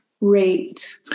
rate